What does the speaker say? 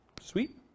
Sweet